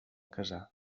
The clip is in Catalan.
casar